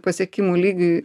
pasiekimų lygiui